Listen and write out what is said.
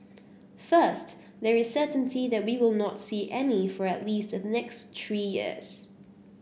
first there is certainty that we will not see any for at least the next three years